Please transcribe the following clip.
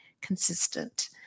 consistent